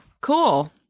Cool